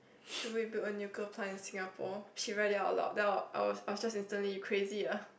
should we build a nuclear plant in Singapore she read it out loud then I I was I was just instantly you crazy ah